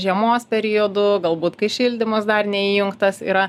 žiemos periodu galbūt kai šildymas dar neįjungtas yra